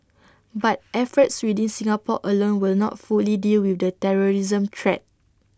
but efforts within Singapore alone will not fully deal with the terrorism threat